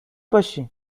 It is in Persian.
باشین